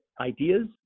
ideas